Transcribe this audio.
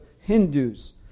Hindus